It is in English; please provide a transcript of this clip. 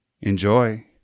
Enjoy